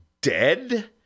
dead